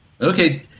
Okay